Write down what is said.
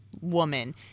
woman